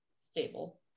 stable